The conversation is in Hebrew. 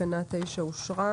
תקנה 9 אושרה.